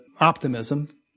optimism